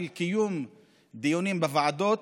של קיום דיונים בוועדות